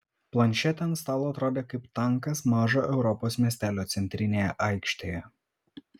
planšetė ant stalo atrodė kaip tankas mažo europos miestelio centrinėje aikštėje